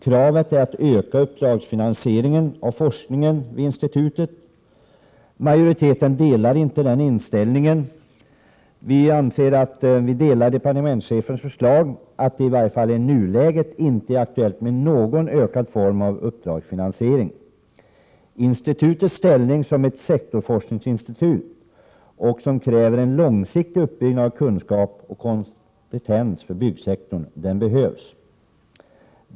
Kravet är att uppdragsfinansieringen av forskningen vid institutet skall öka. Utskottsmajoriteten delar inte den inställningen. Vi delar departementschefens uppfattning att det i varje fall inte i nuläget är aktuellt med någon ökad uppdragsfinansiering. Institutets ställning som ett sektorsforskningsinstitut, vilket kräver en långsiktig uppbyggnad av kunskap och kompetens inom byggsektorn, behövs.